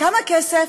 כמה כסף?